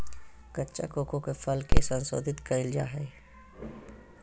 कच्चा कोको के फल के संशोधित कइल जा हइ